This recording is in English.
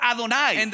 Adonai